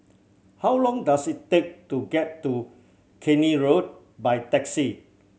how long does it take to get to Keene Road by taxi